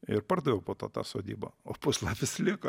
ir pardaviau po to tą sodybą o puslapis liko